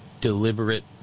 deliberate